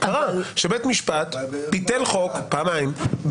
קרה שבית משפט ביטל חוק פעמיים,